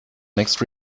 next